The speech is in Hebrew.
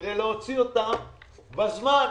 כדי להוציא אותן בזמן.